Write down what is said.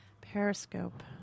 Periscope